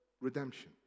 redemption